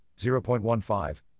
0.15